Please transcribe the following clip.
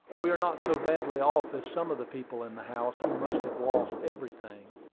we are not so badly off as some of the people in the house, who must have lost everything.